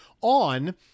on